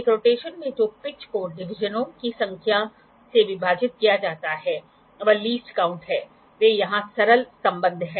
एक रोटेशन में जो पिच को डिवीजनों की संख्या से विभाजित किया जाता है वह लीस्ट काउंट है वे यहां सरल संबंध हैं